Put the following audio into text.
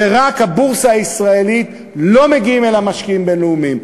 ורק הבורסה הישראלית לא מגיעים אליה משקיעים בין-לאומיים.